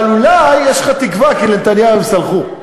אבל אולי יש לך תקווה, כי לנתניהו הם סלחו,